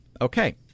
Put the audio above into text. Okay